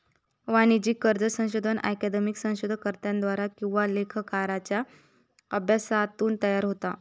वाणिज्यिक कर्ज संशोधन अकादमिक शोधकर्त्यांच्या द्वारा आणि लेखाकारांच्या अभ्यासातून तयार होता